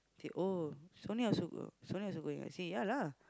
they oh Sonia also go Sonia also going ah I say ya lah